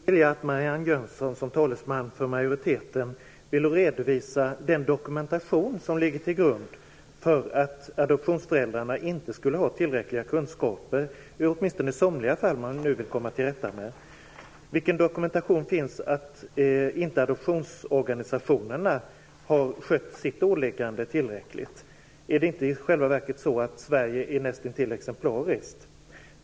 Fru talman! Jag skulle önska att Marianne Jönsson som talesman för majoriteten ville redovisa den dokumentation som ligger till grund för att adoptionsföräldrarna inte skulle ha tillräckliga kunskaper, åtminstone i somliga av de fall som man nu vill komma till rätta med. Vilken dokumentation finns av att adoptionsorganisationerna inte har skött sitt åliggande tillräckligt bra? Är inte Sverige i själva verket näst intill exemplariskt?